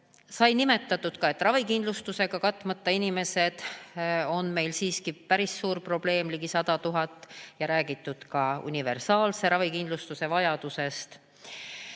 Sai nimetatud, et ravikindlustusega katmata inimesed on meil siiski päris suur probleem, ligi 100 000, ja räägitud on ka universaalse ravikindlustuse vajadusest.